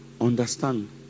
understand